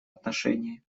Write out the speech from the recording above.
отношении